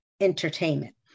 entertainment